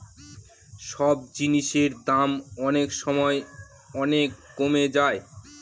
সব জিনিসের দাম অনেক সময় অনেক কমে যায়